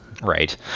Right